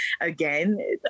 again